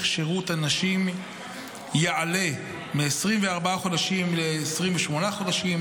שירות הנשים יעלה מ-24 חודשים ל-28 חודשים,